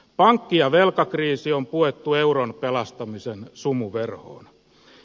pankki ja velkakriisi on puettu euron pelastamisen sumuverhoon